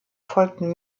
folgten